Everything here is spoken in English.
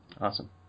awesome